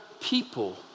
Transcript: people